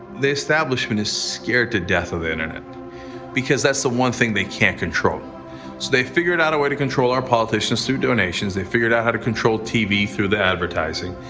the establishment is scared to death of the internet because that's the one thing they can't control. so they've figured out a way to control our politicians through donations, they've figured out how to control tv through the advertising,